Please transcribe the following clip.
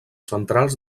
centrals